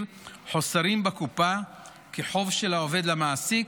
חוסרים בקופה כחוב של העובד למעסיק,